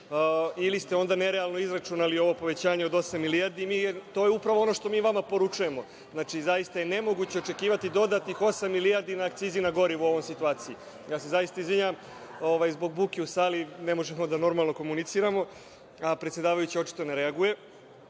Ili ste onda nerealno izračunali ovo povećanje od osam milijardi, jer to je upravo ono što mi vama poručujemo. Znači, zaista je nemoguće očekivati dodatnih osam milijardi na akcize na gorivo u ovoj situaciji. Ja se zaista izvinjavam zbog buke u sali, ne možemo normalno da komuniciramo, a predsedavajući očito ne reaguje,